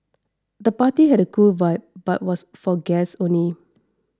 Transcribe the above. the party had a cool vibe but was for guests only